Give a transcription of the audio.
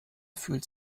fühlt